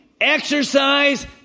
exercise